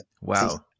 Wow